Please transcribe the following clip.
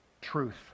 truth